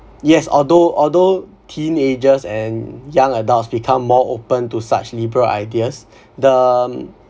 yes although although teenagers and young adults become more open to such liberal ideas the